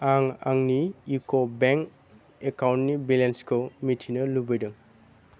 आं आंनि इक' बेंक एकाउन्टनि बेलेन्सखौ मिथिनो लुबैदों